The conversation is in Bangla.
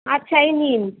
আচ্ছা এই নিন